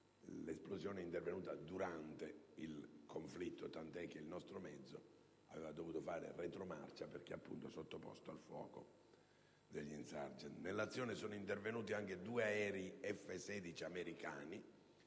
l'esplosione è intervenuta durante il conflitto, tanto che il nostro mezzo aveva dovuto fare retromarcia perché sottoposto al fuoco degli *insurgents*. Nell'azione sono intervenuti due aerei F16 americani,